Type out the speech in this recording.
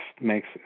makes